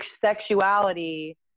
sexuality